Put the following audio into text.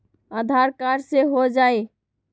आधार card से हो जाइ?